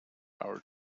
our